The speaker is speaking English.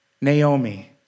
Naomi